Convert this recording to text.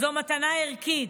זו מתנה ערכית.